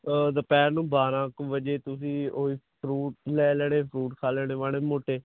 ਦੁਪਹਿਰ ਨੂੰ ਬਾਰ੍ਹਾਂ ਕੁ ਵਜੇ ਤੁਸੀਂ ਉਹ ਫਰੂਟ ਲੈ ਲੈਣੇ ਫਰੂਟ ਖਾ ਲੈਣੇ ਮਾੜੇ ਮੋਟੇ